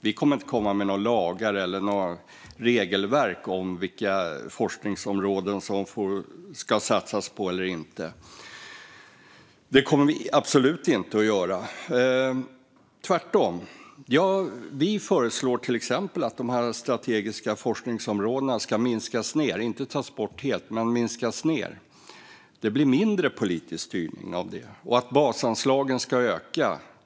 Vi kommer inte att komma med några lagar eller något regelverk för vilka forskningsområden det ska satsas på. Det kommer vi absolut inte att göra, utan tvärtom. Vi föreslår till exempel att de strategiska forskningsområdena ska minskas ned. De ska inte tas bort helt, men minskas ned. Det blir mindre politisk styrning av det. Vi föreslår också att basanslagen ska öka.